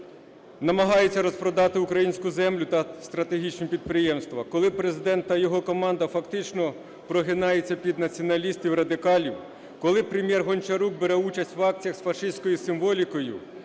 намагаються розпродати українську землю та стратегічні підприємства, коли Президент та його команда фактично прогинаються під націоналістів-радикалів, коли Прем'єр Гончарук бере участь в акціях з фашистською символікою,